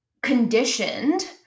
conditioned